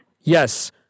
Yes